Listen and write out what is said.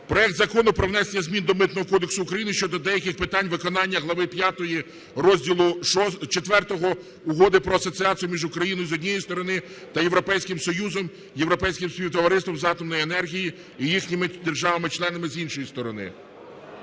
Проект Закону про внесення змін до Митного кодексу України щодо деяких питань виконання Глави 5 Розділу ІV Угоди про асоціацію між Україною, з однієї сторони, та Європейським Союзом, Європейським співтовариством з атомної енергії і їхніми державами-членами, з іншої сторони.